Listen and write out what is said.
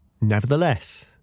Nevertheless